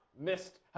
missed